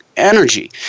energy